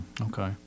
Okay